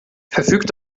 verfügt